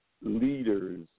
leaders